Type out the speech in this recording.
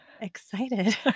excited